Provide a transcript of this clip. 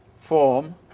form